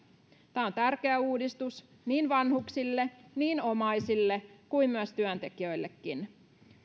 tämä on tärkeä uudistus niin vanhuksille omaisille kuin myös työntekijöillekin